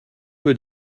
peu